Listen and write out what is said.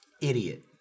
Idiot